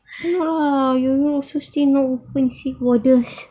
!wah! europe still not opened its borders